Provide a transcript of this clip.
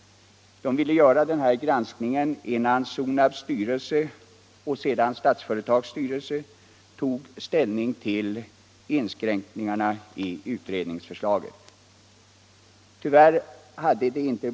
Man ville göra denna granskning innan Sonabs styrelse och sedan Statsföretags styrelse tog ställning till utredningsförslaget om inskränkningar.